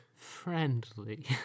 Friendly